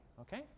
Okay